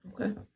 okay